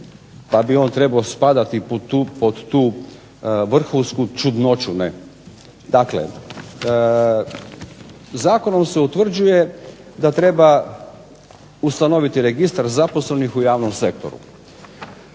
pa bi on trebao spadati pod tu vrhunsku čudnoću. Dakle zakonom se utvrđuje da treba ustanoviti registar zaposlenih u javnom sektoru.